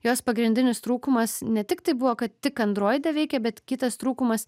jos pagrindinis trūkumas ne tik tai buvo kad tik androide veikia bet kitas trūkumas